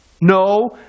No